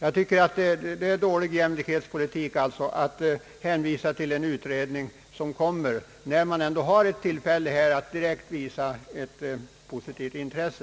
Jag tycker att det är dålig jämlikhetspolitik att hänvisa till en utredning när det finns tillfälle att direkt visa ett positivt intresse.